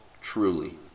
truly